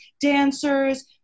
dancers